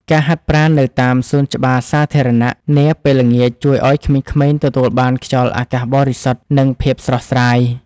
ការហាត់ប្រាណនៅតាមសួនច្បារសាធារណៈនាពេលល្ងាចជួយឱ្យក្មេងៗទទួលបានខ្យល់អាកាសបរិសុទ្ធនិងភាពស្រស់ស្រាយ។